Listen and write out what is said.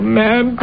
man